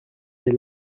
les